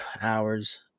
hours